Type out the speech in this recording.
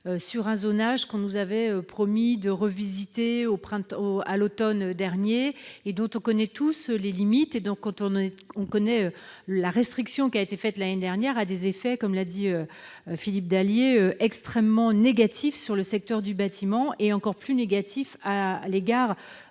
sur un zonage qu'on nous avait promis de revisiter à l'automne dernier et dont nous connaissons tous les limites. La restriction opérée l'année dernière a des effets, comme l'a dit Philippe Dallier, extrêmement négatifs sur le secteur du bâtiment et encore plus pour les